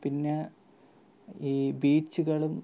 പിന്നെ ഈ ബീച്ചുകളും